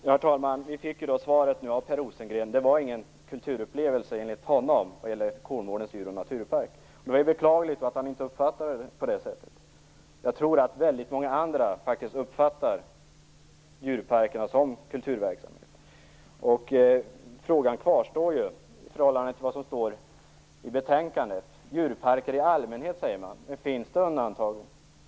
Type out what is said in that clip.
Herr talman! Jag fick nu svaret av Per Rosengren, att besöket vid Kolmårdens djur och naturpark inte var någon kulturupplevelse. Det är beklagligt att han inte uppfattade det på det sättet. Jag tror faktiskt att väldigt många andra uppfattar djurparkerna som kulturverksamhet. Frågan kvarstår om det som står i betänkandet, där det talas om djurparker i allmänhet. Finns det undantag?